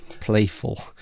playful